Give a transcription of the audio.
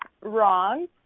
wrong